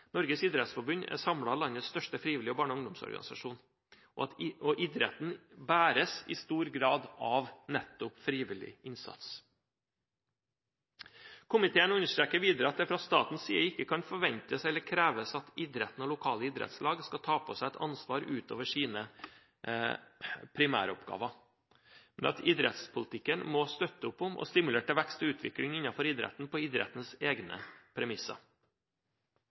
Norges idrettsforbund er samlet landets største frivillige barne- og ungdomsorganisasjon, og idretten bæres i stor grad av nettopp frivillig innsats. Komiteen understreker videre at det fra statens side ikke kan forventes eller kreves at idretten og lokale idrettslag skal ta på seg et ansvar utover sine primæroppgaver, men at idrettspolitikken må støtte opp om og stimulere til vekst og utvikling innenfor idretten på idrettens egne premisser.